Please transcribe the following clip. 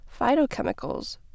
phytochemicals